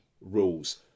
rules